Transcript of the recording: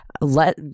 let